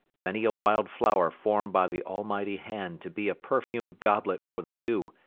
many a wild flower formed by the almighty hand to be a perfumed goblet for the dew,